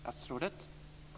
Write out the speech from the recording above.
Herr talman!